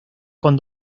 con